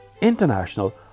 international